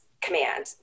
command